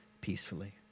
peacefully